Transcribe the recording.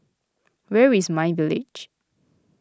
where is My Village